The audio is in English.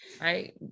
right